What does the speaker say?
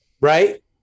Right